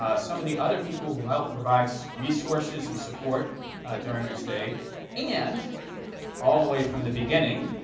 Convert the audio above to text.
ah some of the other people who help provide so resources and support during your stay and all the way from the beginning,